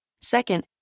Second